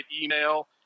email